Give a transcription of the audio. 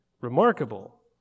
remarkable